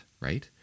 Right